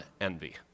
envy